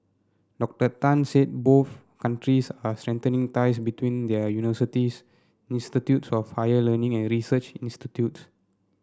Doctor Tang said both countries are strengthening ties between their universities institutes of higher learning and research institutes